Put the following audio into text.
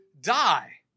die